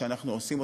שאנחנו עושים.